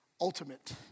ultimate